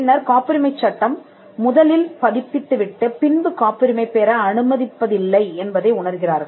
பின்னர் காப்புரிமைச் சட்டம் முதலில் பதிப்பித்து விட்டுப் பின்பு காப்புரிமை பெற அனுமதிப்பதில்லை என்பதை உணர்கிறார்கள்